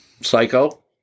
psycho